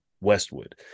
Westwood